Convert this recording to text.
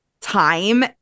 time